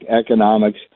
economics